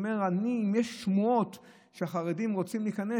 הוא אומר: אם יש שמועות שהחרדים רוצים להיכנס,